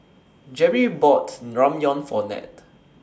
Jerri bought Ramyeon For Nat